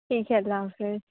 ٹھیک ہے اللہ حافظ